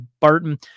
Barton